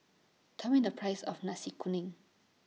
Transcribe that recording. Tell Me The Price of Nasi Kuning